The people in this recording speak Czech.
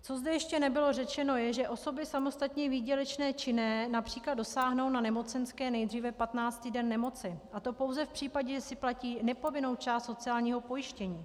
Co zde ještě nebylo řečeno, je, že osoby samostatně výdělečně činné například dosáhnou na nemocenské nejdříve 15. den nemoci, a to pouze v případě, že si platí nepovinnou část sociálního pojištění.